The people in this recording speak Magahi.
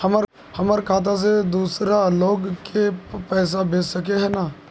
हमर खाता से दूसरा लोग के पैसा भेज सके है ने?